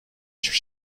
hiçbir